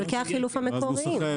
חלקי החילוף המקוריים.